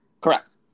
Correct